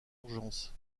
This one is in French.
urgences